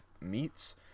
meats